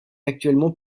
actuellement